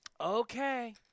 Okay